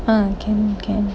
ah can can